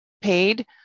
paid